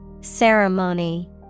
Ceremony